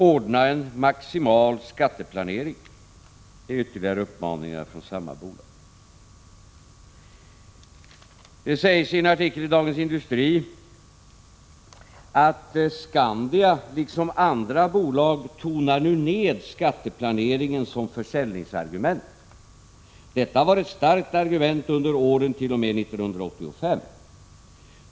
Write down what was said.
”Ordna en maximal skatteplanering”, är ytterligare en uppmaning från samma bolag. I en artikel i Dagens Industri sägs följande: ”Skandia liksom andra bolag tonar nu ned skatteplaneringen som försäljningsargument — detta var ett starkt argument under åren till och med 1985.